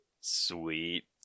Sweet